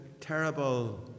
terrible